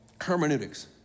hermeneutics